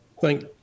thank